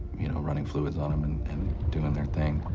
you know, running fluids on him and and doing their thing,